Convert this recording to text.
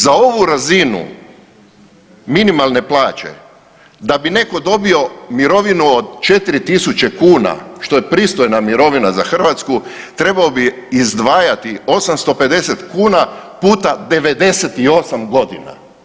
Za ovu razinu minimalne plaće, da bi netko dobio mirovinu od 4 000 kuna, što je pristojna mirovina za Hrvatsku, trebao bi izdvajati 850 kuna puta 98 godina.